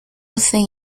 thing